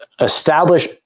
establish